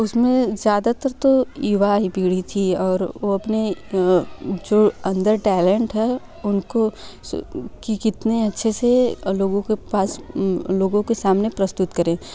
उसमें ज़्यादातर तो युवा ही पीढ़ी थी और वो अपने जो अंदर टैलेंट है उनको कि कितने अच्छे से लोगों के पास लोगों के सामने प्रस्तुत करें